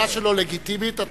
השאלה שלו לגיטימית.